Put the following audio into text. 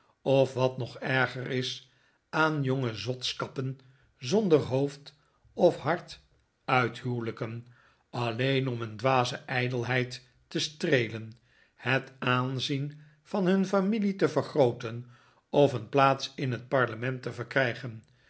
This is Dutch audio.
of wat nog erger is aan jonge zotskappen zonder hoofd of hart uithuwelijken alleen om een dwaze ijdelheid te streelen het aanzien van hun familie te vergrooten of een plaats in het parlement te verkrijgen